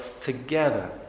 together